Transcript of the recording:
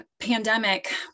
pandemic